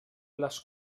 les